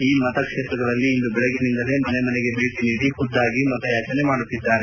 ಈ ಮತ ಕ್ಷೇತ್ರಗಳಲ್ಲಿ ಇಂದು ಬೆಳಗ್ಗಿನಿಂದಲೇ ಮನೆ ಮನೆಗೆ ಭೇಟಿ ನೀಡಿ ಖುದ್ದಾಗಿ ಮತಯಾಚನೆ ಮಾಡುತ್ತಿದ್ದಾರೆ